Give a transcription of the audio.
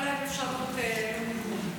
אין להם אפשרות מיגון.